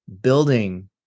building